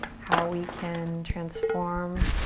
how we can transform